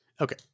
Okay